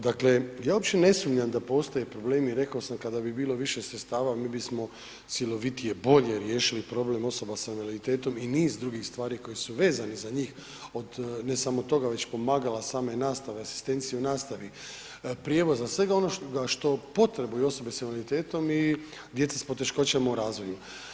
Dakle, ja uopće ne sumnjam da postoje problemi, rekao sam kada bi bilo više sredstava mi bismo cjelovitije bolje riješili problem osoba s invaliditetom i niz drugih stvari koje su vezane za njih od ne samo toga već pomagala, same nastave, asistencije u nastavi, prijevoza, svega onoga što potrebuju osobe s invaliditetom i djeca s poteškoćama u razvoju.